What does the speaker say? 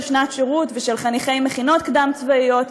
בוגרי שנת שירות ושל חניכי מכינות קדם-צבאיות,